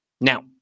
Now